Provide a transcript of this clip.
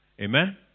Amen